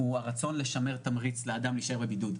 הוא הרצון לשמר תמריץ לאדם להישאר בבידוד.